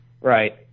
Right